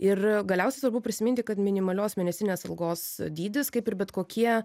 ir galiausiai svarbu prisiminti kad minimalios mėnesinės algos dydis kaip ir bet kokie